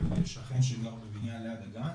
של שכן שגר בבניין ליד הגן,